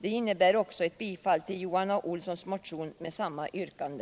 Det innebär också ett bifall till Johan A. Olssons motion med samma yrkande.